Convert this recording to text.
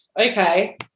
okay